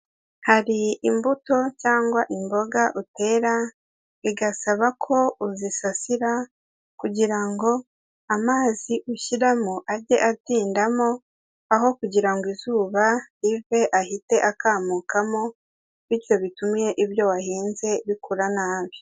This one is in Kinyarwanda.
Hari imbuto cyangwa imboga utera bigasaba ko uzisasira kugira ngo amazi ushyiramo ajye atindamo, aho kugira ngo izuba rive ahite akamukamo; bityo bitume ibyo wahinze bikura nabi.